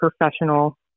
professional